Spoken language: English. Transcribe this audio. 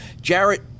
Jarrett